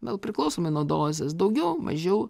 gal priklausomai nuo dozės daugiau mažiau